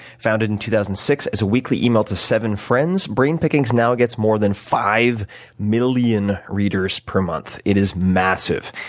founded in two thousand and six as a weekly email to seven friends, brainpickings now gets more than five million readers per month. it is massive.